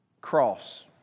cross